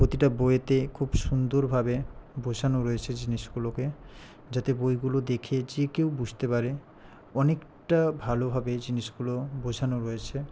প্রতিটা বইতে খুব সুন্দরভাবে বোঝানো রয়েছে জিনিসগুলোকে যাতে বইগুলো দেখে যে কেউ বুঝতে পারে অনেকটা ভালোভাবে জিনিসগুলো বোঝানো রয়েছে